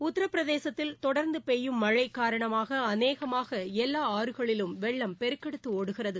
உத்திரபிரதேசத்தில் தொடர்ந்துபெய்யும் மழைகாரணமாகஅனேகமாகஎல்லாஆறுகளிலும் வெள்ளம் பெருக்கெடுத்துஒடுகிறது